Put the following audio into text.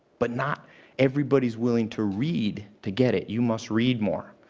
but not everybody's willing to read to get it. you must read more.